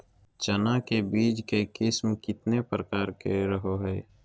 चना के बीज के किस्म कितना प्रकार के रहो हय?